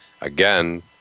Again